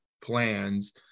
plans